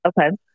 Okay